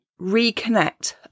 reconnect